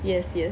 yes yes